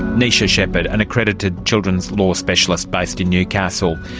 neisha shepherd, an accredited children's law specialist based in newcastle.